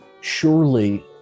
surely